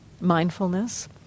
mindfulness